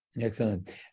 Excellent